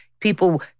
People